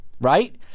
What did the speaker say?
right